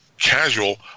casual